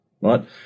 right